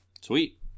Sweet